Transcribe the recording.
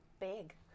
big